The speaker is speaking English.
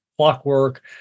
clockwork